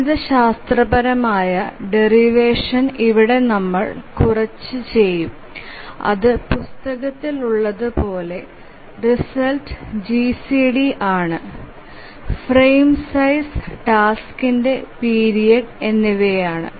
ഗണിതശാസ്ത്രപരമായ ഡെറിവേഷൻ ഇവിടെ നമ്മൾ കുറച്ച്ചെയ്യും അത് പുസ്തകത്തിൽ ഉള്ളതുപോലെ റിസൾട്ട് GCD ആണ് ഫ്രെയിം സൈസ് ടാസ്കിന്റെ പീരിയഡ് എന്നിവയാണ്